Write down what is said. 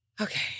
Okay